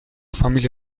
familia